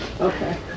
Okay